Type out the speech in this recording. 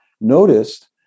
noticed